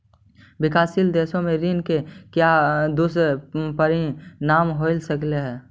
विकासशील देशों के ऋण के क्या दुष्परिणाम हो सकलई हे